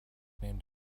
named